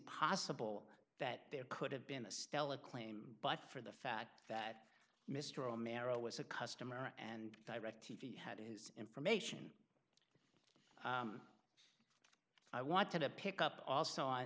possible that there could have been a stellar claim but for the fact that mr romero was a customer and direc t v had his information i want to pick up also on